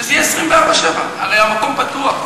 שזה יהיה 24/7. הרי המקום פתוח,